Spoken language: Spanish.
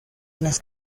las